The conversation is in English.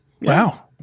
Wow